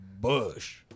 Bush